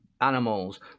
animals